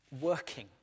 working